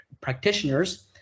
practitioners